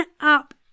up